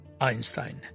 Einstein